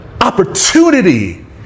opportunity